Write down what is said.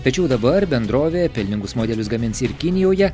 tačiau dabar bendrovė pelningus modelius gamins ir kinijoje